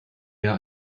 eher